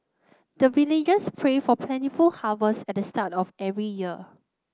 the villagers pray for plentiful harvest at the start of every year